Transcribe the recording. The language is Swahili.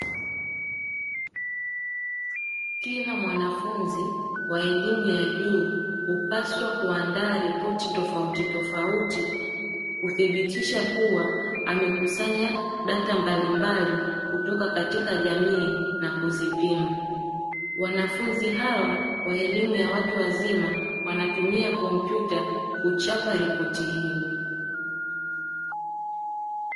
Kila mwanafunzi wa elimu ya juu, hupaswa kuandaa ripoti tofauti tofauti, kuthibitisha kuwa amekusanya data mbalimbali kutoka katika jamii na kuzipima. Wanafunzi hawa wa elimu ya watu wazima, wanatumia kompyuta kuchapa ripoti hiyo.